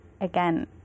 again